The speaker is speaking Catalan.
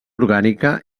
orgànica